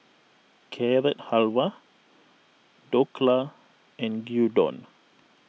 Carrot Halwa Dhokla and Gyudon